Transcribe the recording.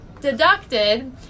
deducted